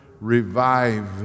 revive